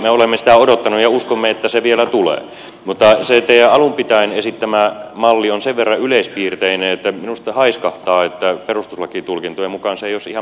me olemme sitä odottaneet ja uskomme että se vielä tulee mutta se teidän alun pitäen esittämänne malli on sen verran yleispiirteinen että minusta haiskahtaa että perustuslakitulkintojen mukaan se ei olisi ihan mahdollista toteuttaa